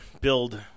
build